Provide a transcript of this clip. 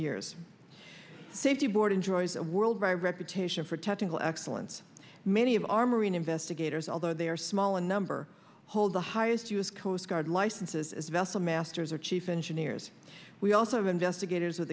years safety board enjoys a world by reputation for technical excellence many of our marine investigators although they are small in number hold the highest u s coast guard licenses as vessel masters or chief engineers we also have investigators with